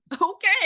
Okay